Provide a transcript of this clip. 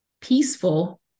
peaceful